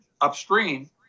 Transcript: upstream